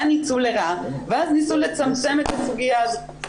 היה ניצול לרעה ואז ניסו לצמצם את הסוגיה הזו,